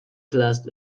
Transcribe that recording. class